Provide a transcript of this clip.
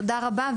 תודה רבה.